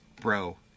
Bro